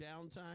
downtime